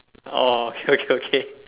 orh okay okay okay